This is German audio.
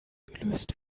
gelöst